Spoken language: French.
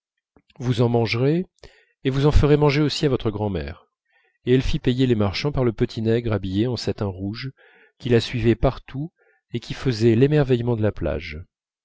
vous en mangerez et vous en ferez manger aussi à votre grand'mère et elle fit payer les marchands par le petit nègre habillé en satin rouge qui la suivait partout et qui faisait l'émerveillement de la plage